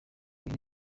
iri